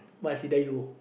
Mas-Idayu